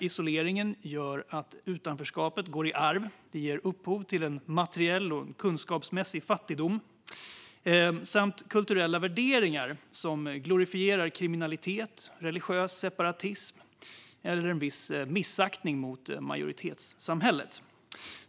Isoleringen gör att utanförskapet går i arv och ger upphov till materiell och kunskapsmässig fattigdom samt kulturella värderingar som glorifierar kriminalitet, religiös separatism eller en viss missaktning mot majoritetssamhället.